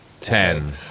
ten